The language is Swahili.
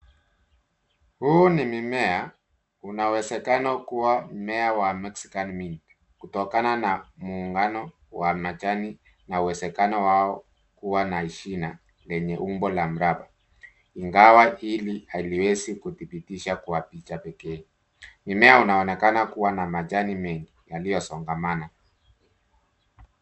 Huu ni mimea, unawezakano kua mmea wa Mexican mint, kutokana na muungano wa majani na uwezekano wao kua na shina lenye umbo la mraba, ingawa hili haliwezi kudhibitisha kwa picha pekee. Mimea unaoenakana kua na majani mengi, yaliyosongamana.